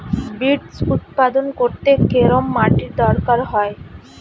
Beets উৎপাদন করতে কেরম মাটির দরকার হয়?